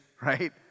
right